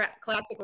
classic